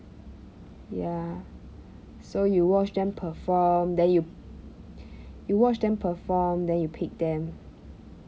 ya so you watch them perform then you you watch them perform then you pick them